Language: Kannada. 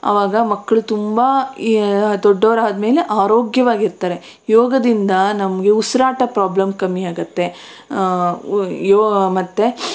ಆವಾಗ ಮಕ್ಕಳು ತುಂಬ ದೊಡ್ಡವರಾದ್ಮೇಲೆ ಆರೋಗ್ಯವಾಗಿರ್ತಾರೆ ಯೋಗದಿಂದ ನಮಗೆ ಉಸಿರಾಟ ಪ್ರಾಬ್ಲಮ್ ಕಡಿಮೆ ಆಗುತ್ತೆ ಮತ್ತು